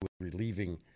relieving